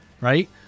right